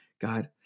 God